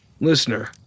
Listener